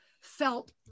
felt